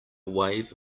wave